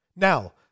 Now